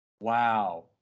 Wow